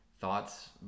thoughts